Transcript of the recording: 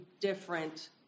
different